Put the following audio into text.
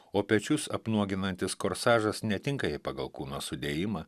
o pečius apnuoginantis korsažas netinka jai pagal kūno sudėjimą